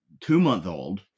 two-month-old